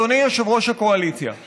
אני